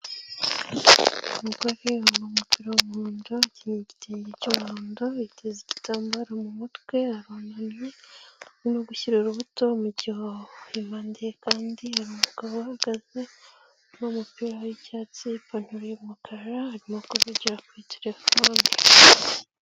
Umugore yambaye umupira w'umuhondo, akenyeye igitenge cy'umuhondo, yateza igitambaro mu mutwe arunamye, arimo gushyira urubuto mu gihoho, impande ye kandi hari umugabo uhagaze yambaye umupira w'icyatsi, ipantaro y'umukara, arimo kuvugira kuri terefone,